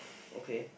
okay